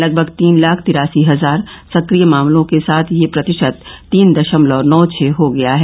लगभग तीन लाख तिरासी हजार सक्रिय मामलों के साथ यह प्रतिशत तीन दशमलव नौ छह हो गया है